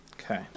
Okay